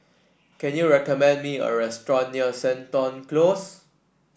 can you recommend me a restaurant near Seton Close